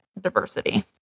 diversity